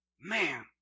Man